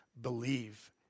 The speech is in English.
believe